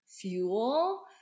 fuel